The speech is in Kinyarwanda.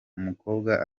umukobwa